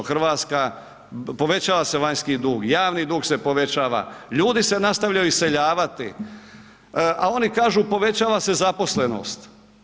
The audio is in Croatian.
Povećava se vanjski dug, javni dug se povećava, ljudi se nastavljaju iseljavati, a oni kažu povećava se zaposlenost.